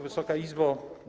Wysoka Izbo!